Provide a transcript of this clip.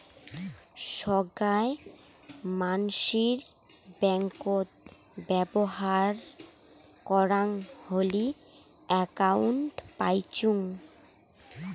সোগায় মানসির ব্যাঙ্কত ব্যবহর করাং হলি একউন্ট পাইচুঙ